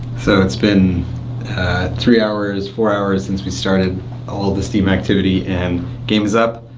so it's been three hours, four hours since we started all the steam activity, and game's up.